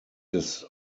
des